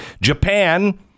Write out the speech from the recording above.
Japan